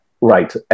right